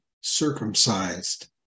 circumcised